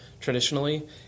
traditionally